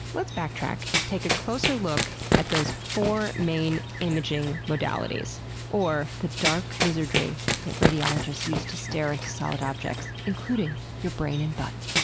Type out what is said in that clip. let's backtrack and take a closer look at those four main imaging modalities or the dark wizardry that radiologists use to stare into solid objects including your brain and butt.